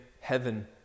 heaven